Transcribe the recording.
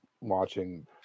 watching